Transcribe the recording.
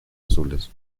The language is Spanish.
azules